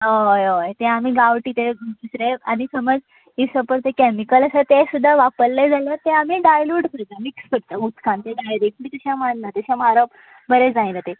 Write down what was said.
हय हय ते आमी गांवटी ते दुसरे आनी ते समज कॅमिकल आसा ते सुद्दां वापरले जाल्यार ते आमी डायल्यूट करता मिक्स करता उदकान डायरेक्टली तशे मारना डायरेक्टली तशे मारप बरें जायना ते